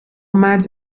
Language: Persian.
مرد